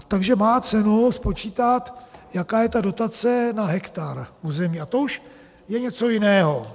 Takže má cenu spočítat, jaká je ta dotace na hektar území, a to už je něco jiného.